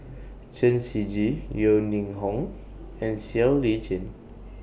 Chen Shiji Yeo Ning Hong and Siow Lee Chin